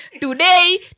Today